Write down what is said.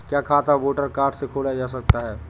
क्या खाता voter card से खोला जा सकता है?